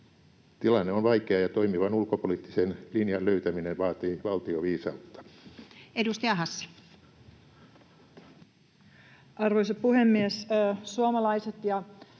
Tilanne on vaikea, ja toimivan ulkopoliittisen linjan löytäminen vaatii valtioviisautta. Edustaja Hassi. Arvoisa puhemies! Suomalaiset ja